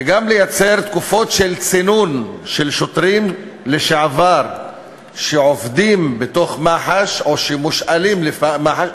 וגם לייצר תקופות צינון לשוטרים לשעבר שעובדים במח"ש או שמושאלים למח"ש,